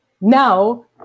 Now